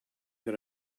that